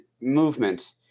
movement